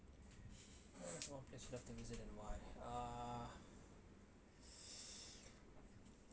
there's one place you have to visit and why err